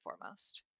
foremost